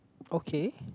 okay